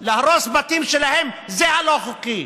בתים שלהם, זה הלא-חוקי.